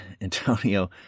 Antonio